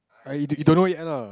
I you don't you don't know yet lah